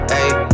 ayy